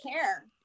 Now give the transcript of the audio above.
care